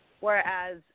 Whereas